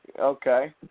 Okay